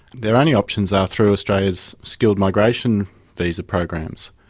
their only options are through australia's skilled migration visa programs.